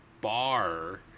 bar